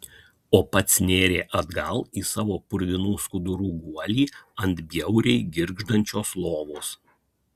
o pats nėrė atgal į savo purvinų skudurų guolį ant bjauriai girgždančios lovos